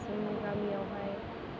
जोंनि गामियावहाय